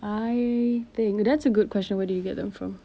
I think that's a question where did you get them from